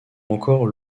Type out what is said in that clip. encore